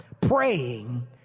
praying